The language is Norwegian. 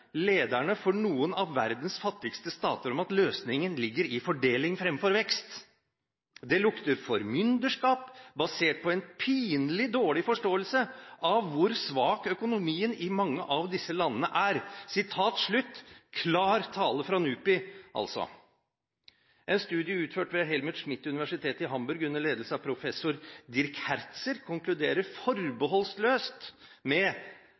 lederne for noen av de fattigste statene om at løsningen ligger i fordeling framfor vekst. Det lukter formynderskap basert på en pinlig dårlig forståelse av hvor svak økonomien i mange av disse landene er.» Det er altså klar tale fra NUPI. En studie utført ved Helmut Schmidt-universitetet i Hamburg, under ledelse av professor Dierk Herzer, konkluderer forbeholdsløst med